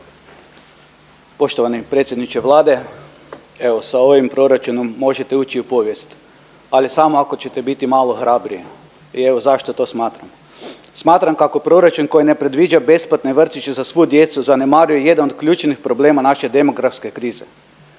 Poštovani predsjedniče Vlade, evo sa ovim proračunom možete ući i u povijest ali samo ako ćete biti malo hrabriji. I evo zašto to smatramo. Smatram kako proračun koji ne predviđa besplatne vrtiće za svu djecu zanemaruje jedna od ključnih problema naše demografske krize.